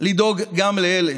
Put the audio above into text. לדאוג גם לאלה